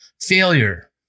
failure